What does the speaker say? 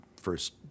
first